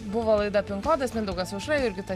buvo laida pin kodas mindaugas aušra jurgita